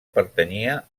pertanyia